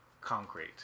concrete